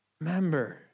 Remember